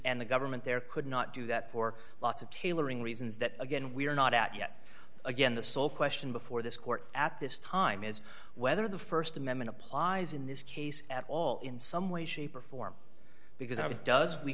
and the government there could not do that for lots of tailoring reasons that again we are not out yet again the sole question before this court at this time is whether the st amendment applies in this case at all in some way shape or form because of it does we